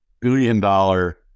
billion-dollar